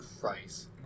Christ